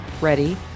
ready